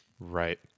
right